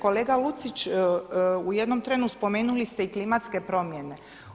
Kolega Lucić, u jednom trenu spomenuli ste i klimatske promjene.